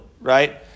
right